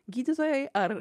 gydytojai ar